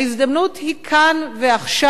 ההזדמנות היא כאן ועכשיו.